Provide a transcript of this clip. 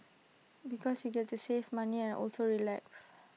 because you get to save money and also relax